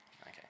Okay